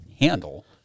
Handle